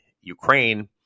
Ukraine